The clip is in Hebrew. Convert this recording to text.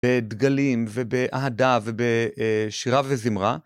בדגלים ובאהדה ובשירה וזמרה.